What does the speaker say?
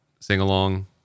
sing-along